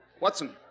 Watson